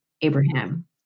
Abraham